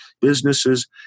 businesses